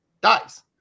Dies